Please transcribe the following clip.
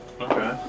Okay